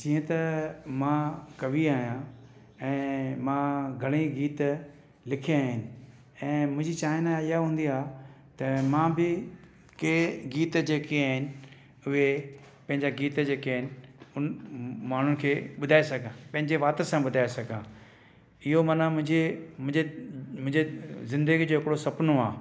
जीअं त मां कवि आहियां ऐं मां घणेई गीत लिखिया आहिनि ऐं मुंहिंजी चाह न इहा हूंदी आहै त मां बि कंहिं गीत जेके आहिनि उहे पंहिंजा गीत जेके आहिनि उन माण्हुनि खे ॿुधाए सघां पंहिंजे वात सां ॿुधाए सघां इहो मना मुंहिंजे मुंहिंजे मुंहिंजे ज़िंदगीअ जो हिकिड़ो सपनो आहे